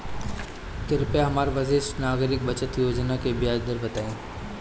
कृपया हमरा वरिष्ठ नागरिक बचत योजना के ब्याज दर बताइं